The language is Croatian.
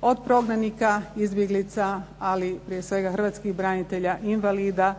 od prognanika, izbjeglica, ali prije svega hrvatskih branitelja, invalida,